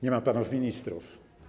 Nie ma panów ministrów.